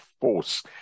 Force